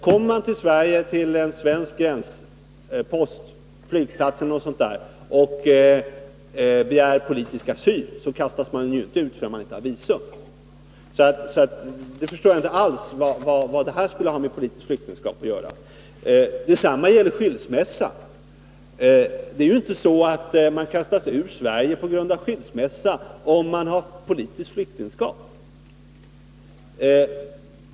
Kommer man till en svensk gränspost, till en flygplats eller något sådant, och begär politisk asyl, kastas man inte ut för att man inte har visum. Jag förstår inte alls vad detta skulle ha med politiskt flyktingskap att göra. Detsamma gäller skilsmässa. Det är ju inte så att man kastas ut ur Sverige på grund av skilsmässa om man har politiskt flyktingskap.